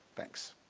thanks.